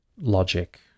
logic